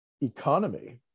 economy